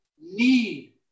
need